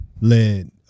led